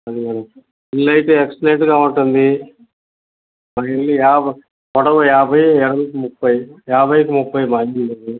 అది మేడమ్ ఇళ్ళైతే ఎక్సలెంట్గా ఉంటుంది మనిళ్ళు పొడవు యాభై ఎడల్పు ముప్పై యాభైకి ముప్పై మా ఇళ్ళది